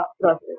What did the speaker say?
process